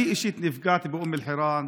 אני אישית נפגעתי באום אל-חיראן,